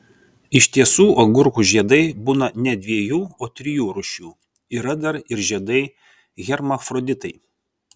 iš tiesų agurkų žiedai būna ne dviejų o trijų rūšių yra dar ir žiedai hermafroditai